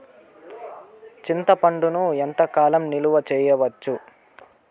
చింతపండును ఎంత కాలం నిలువ చేయవచ్చు?